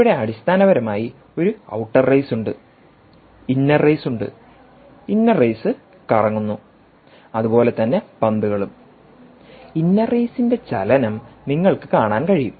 ഇവിടെ അടിസ്ഥാനപരമായി ഒരു ഔട്ടർ റേസ് ഉണ്ട് ഇന്നർ റേസ് ഉണ്ട് ഇന്നർ റേസ് കറങ്ങുന്നു അതുപോലെ തന്നെ പന്തുകളും ഇന്നർ റേസിന്റെ ചലനം നിങ്ങൾക്ക് കാണാൻ കഴിയും